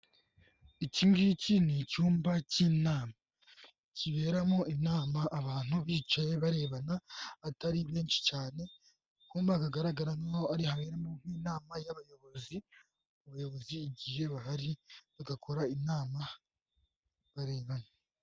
Ikingiki n'icyumba cy'inama, kiberamo inama abantu bicaye barebana atari benshi cyane, akumba kagaragara nkaho ariho haberamo nk'inama y'abayobozi, abayobozi igihe bahari bagakora inama barebana.